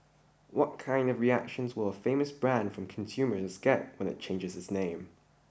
what kind of reactions will a famous brand from consumers get when it changes its name